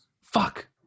fuck